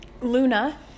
Luna